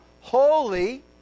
holy